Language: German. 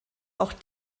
auch